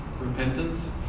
repentance